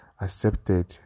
accepted